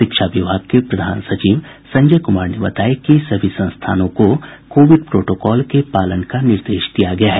शिक्षा विभाग के प्रधान सचिव संजय कुमार ने बताया कि सभी संस्थानों को कोविड प्रोटोकॉल के पालन का निर्देश दिया गया है